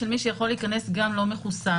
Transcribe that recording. של מי שיכול להיכנס גם לא מחוסן.